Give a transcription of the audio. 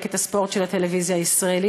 במחלקת הספורט של הטלוויזיה הישראלית,